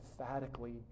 emphatically